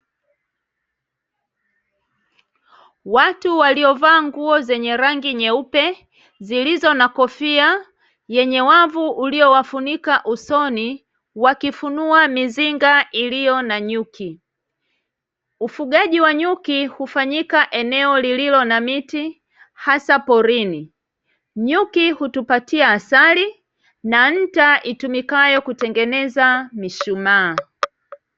Watu waliovaa nguo zenye rangi nyeupe zilizo na kofia yenye wavu uliowafunika usoni, wakifunua mizinga iliyo na nyuki. Ufugaji wa nyuki hufanyika eneo lililo na miti hasa porini. Nyuki hutupatia asali na nta itumikayo kutengeneza mishumaa.